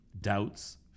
doubts